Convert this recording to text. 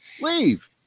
leave